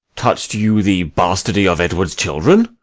touch'd you the bastardy of edward's children?